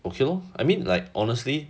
okay lor I mean like honestly